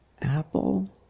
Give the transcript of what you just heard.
Apple